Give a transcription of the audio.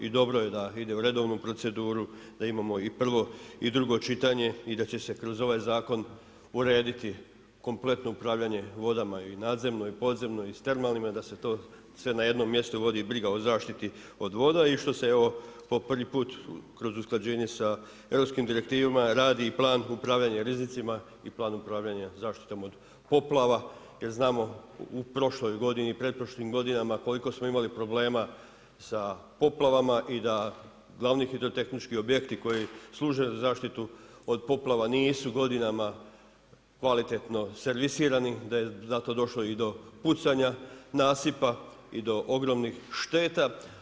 I dobro je da ide u redovnu proceduru, da imamo i prvo i drugo čitanje i da će se kroz ovaj zakon urediti kompletno upravljanje vodama i nadzemno i podzemno i s termalnima i da se to sve na jednom mjestu vodi briga o zaštiti od voda i što se evo prvi put kroz usklađenje sa europskim direktivama radi plan upravljanja rizicima i plan upravljanja zaštitom od poplava jer znamo u prošlim godinama koliko smo imali problema sa poplavama i da glavni hidrotehnički objekti koji služe za zaštitu od poplava nisu godinama kvalitetno servisirani, da je za to došlo i do pucanja nasipa i do ogromnih šteta.